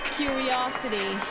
curiosity